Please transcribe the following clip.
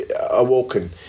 awoken